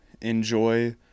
enjoy